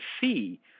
see